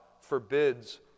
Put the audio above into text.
forbids